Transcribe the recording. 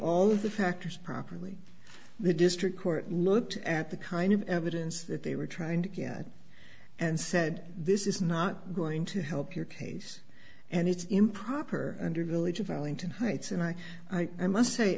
all the factors properly the district court looked at the kind of evidence that they were trying to get and said this is not going to help your pace and it's improper under village of arlington heights and i i must say